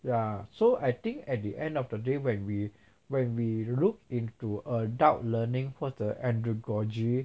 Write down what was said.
ya so I think at the end of the day when we when we look into adult learning 或者 andragogy